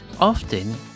Often